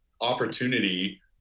opportunity